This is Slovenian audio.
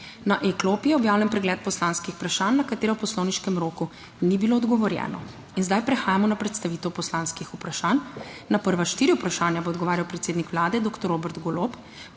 Na e-klopi je objavljen pregled poslanskih vprašanj, na katera v poslovniškem roku ni bilo odgovorjeno. In zdaj prehajamo na predstavitev poslanskih vprašanj. Na prva štiri vprašanja bo odgovarjal predsednik Vlade dr. Robert Golob